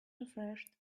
refreshed